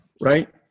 right